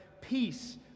peace